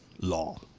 law